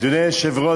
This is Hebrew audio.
אדוני היושב-ראש,